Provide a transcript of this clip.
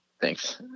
Thanks